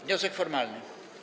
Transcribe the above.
Wniosek formalny.